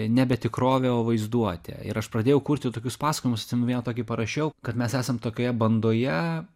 nebe tikrovė o vaizduotė ir aš pradėjau kurti tokius pasakojimus atsimenu vieną tokį parašiau kad mes esam tokioje bandoje